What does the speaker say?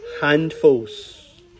handfuls